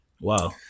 Wow